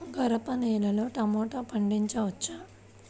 గరపనేలలో టమాటా పండించవచ్చా?